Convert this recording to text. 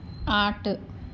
آٹھ